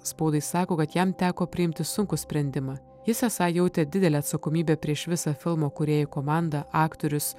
spaudai sako kad jam teko priimti sunkų sprendimą jis esą jautė didelę atsakomybę prieš visą filmo kūrėjų komanda aktorius